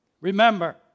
Remember